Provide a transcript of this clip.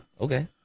Okay